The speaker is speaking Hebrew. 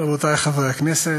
רבותי חברי הכנסת,